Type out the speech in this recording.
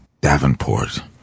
Davenport